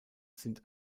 sind